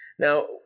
Now